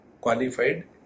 qualified